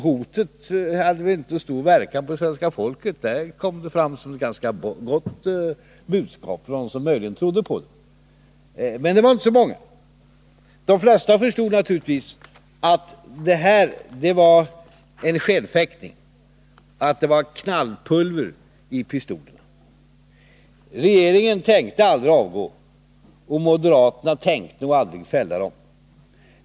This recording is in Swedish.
Hotet hade alltså inte så stor verkan på svenska folket; det kom som ett ganska gott budskap för dem som möjligen trodde på saken. Det var emellertid inte så många. De flesta förstod naturligtvis att det bara var en skenfäktning. Det var knallpulver i pistolerna. Regeringen tänkte aldrig avgå, och moderaterna tänkte aldrig fälla den.